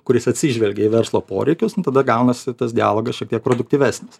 kuris atsižvelgia į verslo poreikius nu tada gaunasi tas dialogas šiek tiek produktyvesnis